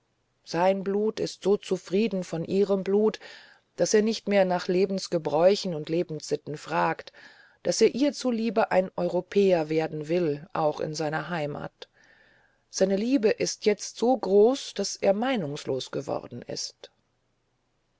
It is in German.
sein blut ist so zufrieden von ihrem blut daß er nicht mehr nach lebensgebräuchen und lebenssitten fragt daß er ihr zuliebe ein europäer werden will auch in seiner heimat seine liebe ist jetzt so groß daß er meinungslos geworden ist